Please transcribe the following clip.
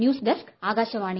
news desk Akashvani